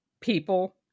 people